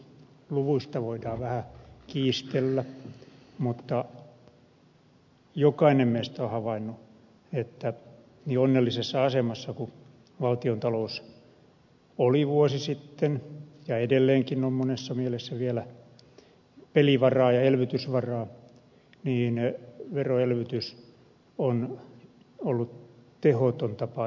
luvuista voidaan vähän kiistellä mutta jokainen meistä on havainnut että niin onnellisessa asemassa kuin valtiontalous oli vuosi sitten ja edelleenkin on monessa mielessä vielä pelivaraa ja elvytysvaraa niin veroelvytys on ollut tehoton tapa elvyttää